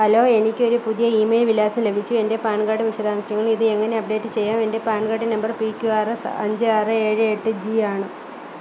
hello എനിക്കൊരു പുതിയ email വിലാസം ലഭിച്ചു എന്റെ പാൻ കാഡ് വിശദാംശങ്ങളിൽ ഇതെങ്ങനെ അപ്ഡേറ്റ് ചെയ്യാം എന്റെ PAN card number P Q R S അഞ്ച് ആറ് ഏഴ് എട്ട് ജീയാണ്